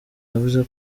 yavuze